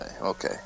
okay